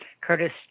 Curtis